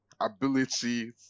ability